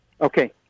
Okay